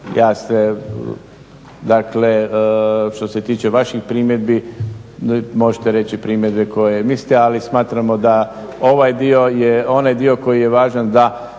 ja se dakle što se tiče vaših primjedbi možete reći primjedbe koje mislite ali smatramo da ovaj dio je onaj dio koji je važan da